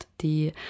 die